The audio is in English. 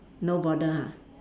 no border ha